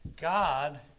God